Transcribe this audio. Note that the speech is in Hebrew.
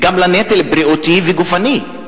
וגם לנטל בריאותי וגופני,